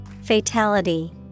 Fatality